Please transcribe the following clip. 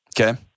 Okay